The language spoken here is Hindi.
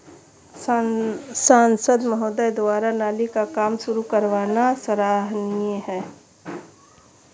सांसद महोदय द्वारा नाली का काम शुरू करवाना सराहनीय है